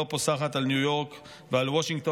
היא לא פוסחת על ניו יורק ועל וושינגטון.